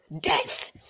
death